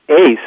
ACE